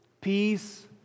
peace